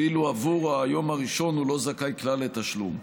ואילו עבור היום הראשון הוא לא זכאי כלל לתשלום.